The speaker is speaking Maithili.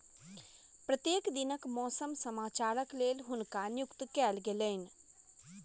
प्रत्येक दिनक मौसम समाचारक लेल हुनका नियुक्त कयल गेलैन